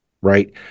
right